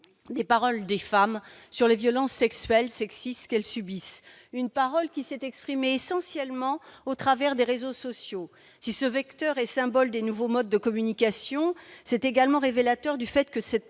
de la parole des femmes sur les violences sexuelles et sexistes qu'elles subissent. Cette parole s'est exprimée essentiellement au travers des réseaux sociaux. Si ce vecteur est le symbole des nouveaux modes de communication, le phénomène est également révélateur du fait que cette